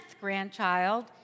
grandchild